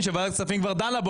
שוועדת הכספים כבר דנה בו,